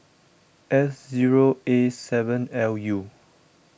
S zero A seven L U